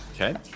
Okay